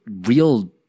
real